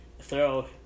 throw